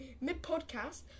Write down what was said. mid-podcast